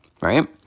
right